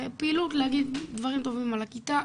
פעילות להגיד דברים טובים על הכיתה,